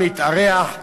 מתארח,